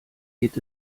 geht